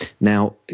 Now –